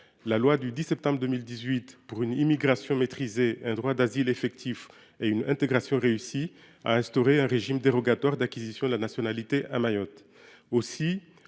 la loi du 10 septembre 2018 pour une immigration maîtrisée, un droit d’asile effectif et une intégration réussie a instauré un régime dérogatoire d’acquisition de la nationalité à Mayotte. Ainsi,